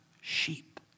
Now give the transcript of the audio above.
sheep